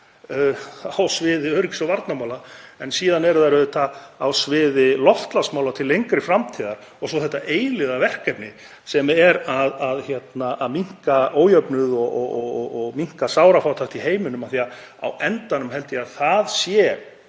á sviði öryggis- og varnarmála, en síðan eru þær auðvitað á sviði loftslagsmála til lengri framtíðar. Og svo þetta eilífðarverkefni, sem er að minnka ójöfnuð og minnka sárafátækt í heiminum því að á endanum held ég að það sé